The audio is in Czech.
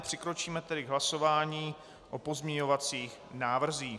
Přikročíme tedy k hlasování o pozměňovacích návrzích.